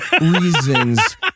reasons